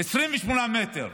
28 מטר,